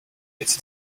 it’s